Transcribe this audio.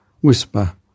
whisper